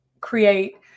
create